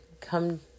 Come